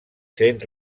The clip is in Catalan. sent